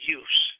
use